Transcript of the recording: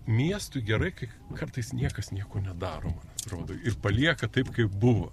miestui gerai kai kartais niekas nieko nedaroma rodo ir palieka taip kaip buvo